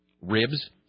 ribs